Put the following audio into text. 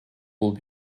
will